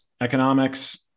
economics